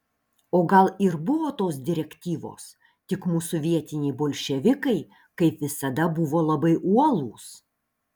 o gal ir buvo tos direktyvos tik mūsų vietiniai bolševikai kaip visada buvo labai uolūs